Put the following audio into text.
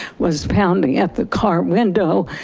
was pounding at the car window,